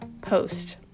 post